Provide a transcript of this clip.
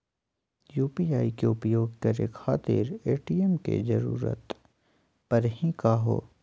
UPI के उपयोग करे खातीर ए.टी.एम के जरुरत परेही का हो?